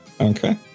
Okay